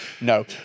No